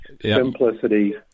simplicity